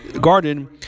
garden